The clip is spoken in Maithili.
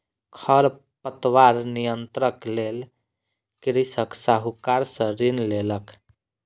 खरपतवार नियंत्रणक लेल कृषक साहूकार सॅ ऋण लेलक